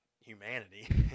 humanity